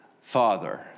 Father